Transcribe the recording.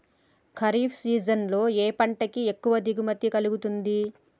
Kharif season లో ఏ పంట కి ఎక్కువ దిగుమతి కలుగుతుంది?